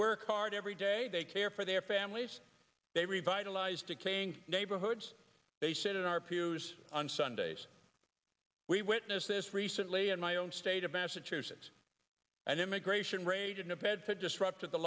work hard every day they care for their families they revitalize decaying neighborhoods they sit in our pews on sundays we witness this recently in my own state of massachusetts an immigration raid in a bedsit disrupted the